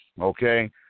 okay